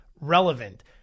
relevant